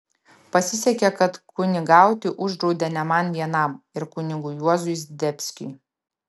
pasisekė kad kunigauti uždraudė ne man vienam ir kunigui juozui zdebskiui